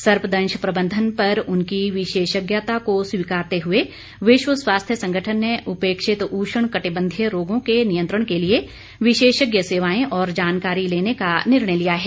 सर्पदंश प्रबंधन पर उनकी विशेषज्ञता को स्वीकारते हुए विश्व स्वास्थ्य संगठन ने उपेक्षित उष्ण कटिबंधीय रोगों के नियंत्रण के लिए विशेषज्ञ सेवाएं और जानकारी लेने का निर्णय लिया है